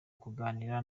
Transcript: kuganira